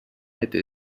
hätte